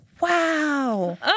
wow